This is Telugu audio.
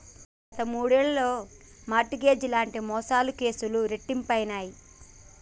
గత మూడేళ్లలో మార్ట్ గేజ్ లాంటి మోసాల కేసులు రెట్టింపయినయ్